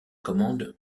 commande